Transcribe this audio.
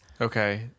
Okay